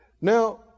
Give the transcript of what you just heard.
Now